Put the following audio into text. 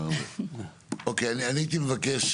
אוקיי, אני הייתי מבקש